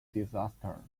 disaster